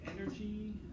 energy